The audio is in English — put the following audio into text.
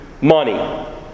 money